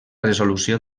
resolució